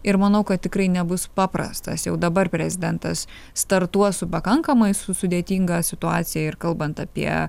ir manau kad tikrai nebus paprastas jau dabar prezidentas startuos su pakankamai su sudėtinga situacija ir kalbant apie